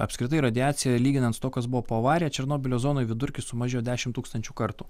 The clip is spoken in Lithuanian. apskritai radiacija lyginant su tuo kas buvo po avarijo černobylio zonoj vidurkis sumažėjo dešimt tūkstančių kartų